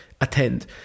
attend